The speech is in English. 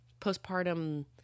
postpartum